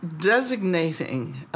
designating